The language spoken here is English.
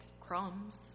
crumbs